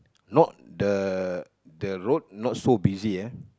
not the the road not so busy eh